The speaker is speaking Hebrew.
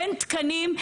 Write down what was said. אין תקנים.